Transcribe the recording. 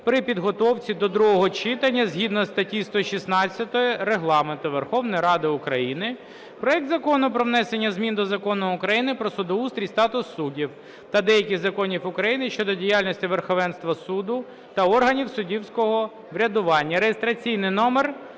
при підготовці до другого читання згідно статті 116 Регламенту Верховної Ради України проект Закону про внесення змін до Закону України "Про судоустрій і статус суддів" та деяких законів України щодо діяльності Верховного Суду та органів суддівського врядування (реєстраційний номер